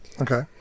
Okay